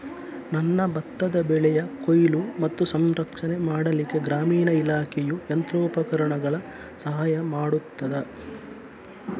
ನನ್ನ ಭತ್ತದ ಬೆಳೆಯ ಕೊಯ್ಲು ಮತ್ತು ಸಂಸ್ಕರಣೆ ಮಾಡಲಿಕ್ಕೆ ಗ್ರಾಮೀಣ ಇಲಾಖೆಯು ಯಂತ್ರೋಪಕರಣಗಳ ಸಹಾಯ ಮಾಡುತ್ತದಾ?